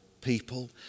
people